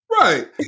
Right